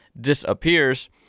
disappears